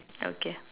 okay